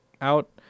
out